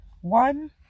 One